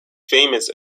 famous